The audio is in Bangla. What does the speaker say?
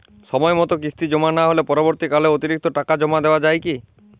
সময় মতো কিস্তি জমা না হলে পরবর্তীকালে অতিরিক্ত টাকা জমা দেওয়া য়ায় কি?